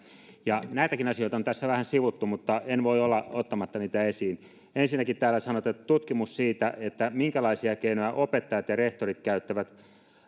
ja kahdennenkymmenennen näitäkin asioita on tässä vähän sivuttu mutta en voi olla ottamatta niitä esiin ensinnäkin täällä sanotaan että tutkimus siitä siitä minkälaisia keinoja opettajat ja rehtorit käyttävät